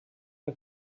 let